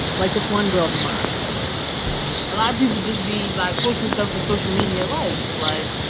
like this one girl damares told us a lot of people just be, like, posting stuff for social media likes. like,